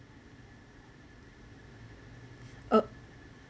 uh